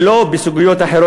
ולא בסוגיות אחרות.